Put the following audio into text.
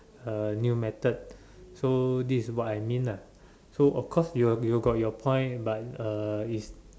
uh new method so this is what I mean lah so of course you have you got your point but uh is